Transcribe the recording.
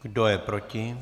Kdo je proti?